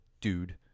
dude